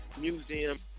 Museum